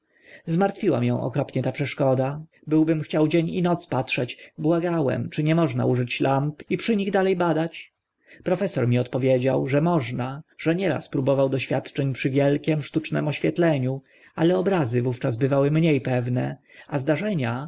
zmartwiła mię okropnie ta przeszkoda byłbym chciał dzień i noc patrzeć błagałem czy nie można użyć lamp i przy nich dale badać profesor mi odpowiedział że można że nieraz próbował doświadczeń przy wielkim sztucznym oświetleniu ale obrazy wówczas bywały mnie pewne a zdarzenia